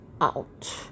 out